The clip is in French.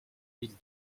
mille